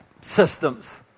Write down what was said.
systems